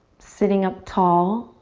sitting up tall,